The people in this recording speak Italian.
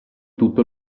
tutto